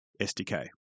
SDK